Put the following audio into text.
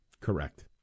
Correct